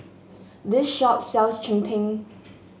this shop sells Cheng Tng